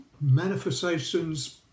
manifestations